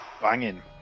Banging